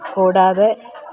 കൂടാതെ